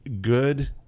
good